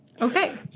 Okay